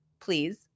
please